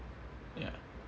yah